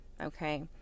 okay